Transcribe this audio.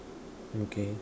okay